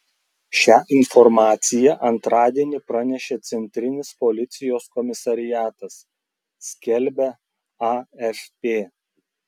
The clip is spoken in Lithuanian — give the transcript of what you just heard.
šią informaciją antradienį pranešė centrinis policijos komisariatas skelbia afp